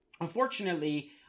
Unfortunately